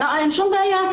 אין שום בעיה,